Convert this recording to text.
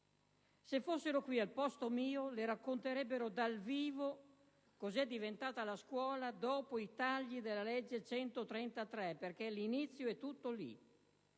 Se fossero qui al posto mio, le racconterebbero dal vivo che cosa è diventata la scuola dopo i tagli della legge n. 133 del 2008, perché l'inizio è tutto lì;